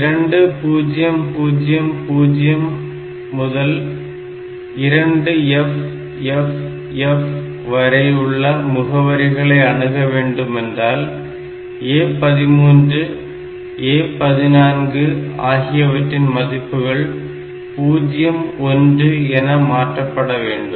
2000 முதல் 2FFF வரை உள்ள முகவரிகளை அணுக வேண்டும் என்றால் A13 A14 ஆகியவற்றின் மதிப்புகள் 01 என மாற்றப்பட வேண்டும்